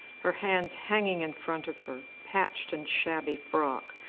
her hands hanging in front of her patched and shabby frock,